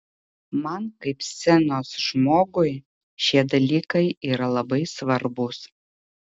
man kaip scenos žmogui šie dalykai yra labai svarbūs